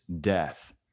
death